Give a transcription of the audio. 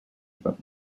but